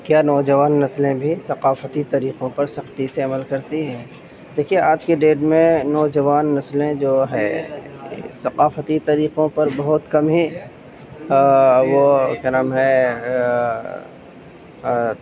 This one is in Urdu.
کیا نوجوان نسلیں بھی ثقافتی طریقوں پر سختی سے عمل کرتی ہیں دیکھیے آج کے ڈیٹ میں نوجوان نسلیں جو ہے ثقافتی طریقوں پر بہت کم ہی وہ کیا نام ہے